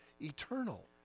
eternal